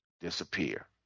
Disappear